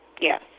Yes